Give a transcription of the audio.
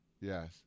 Yes